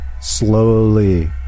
slowly